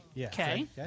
Okay